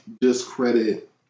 discredit